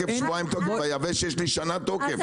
במוצרים היבשים יש לי כשנה תוקף.